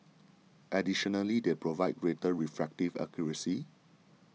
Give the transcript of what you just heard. additionally they provide greater refractive accuracy